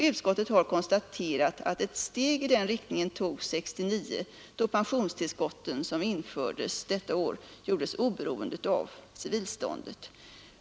Utskottet har konstaterat att ett steg i den riktningen togs 1969, då pensionstillskotten, som infördes detta år, gjordes oberoende av civilståndet.